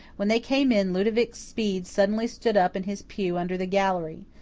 when they came in ludovic speed suddenly stood up in his pew under the gallery.